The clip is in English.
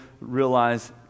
realize